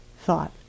thought